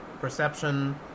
perception